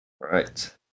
right